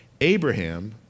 Abraham